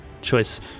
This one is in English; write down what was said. choice